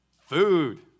Food